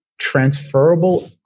transferable